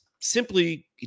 simply